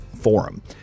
Forum